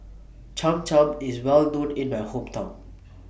Cham Cham IS Well known in My Hometown